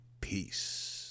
peace